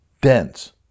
dense